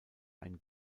ein